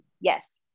Yes